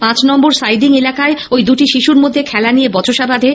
পাঁচ number siding এলাকায় ওই দুটি শিশুর মধ্যে খেলা নিয়ে বচসা বাধে